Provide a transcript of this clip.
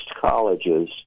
colleges